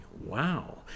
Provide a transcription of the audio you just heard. Wow